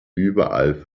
überall